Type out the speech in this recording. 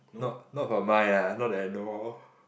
not not for mine lah not that I know of